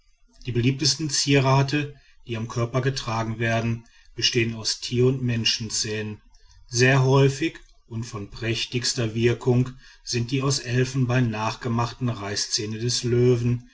die beliebtesten zierate die am körper getragen werden bestehen aus tier und menschenzähnen sehr häufig und von prächtigster wirkung sind die aus elfenbein nachgemachten reißzähne des löwen